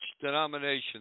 denomination